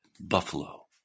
buffalo